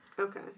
Okay